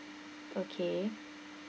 okay